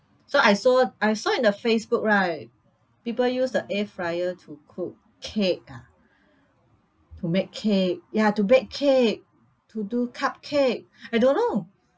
so I saw I saw in the facebook right people use the air fryer to cook cake ah to make cake ya to bake cake to do cupcake I don't know